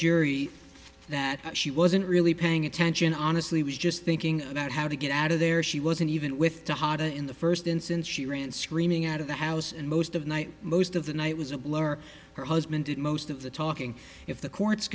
jury that she wasn't really paying attention honestly was just thinking about how to get out of there she wasn't even with the hot a in the first instance she ran screaming out of the house and most of the night most of the night was a blur her husband did most of the talking if the court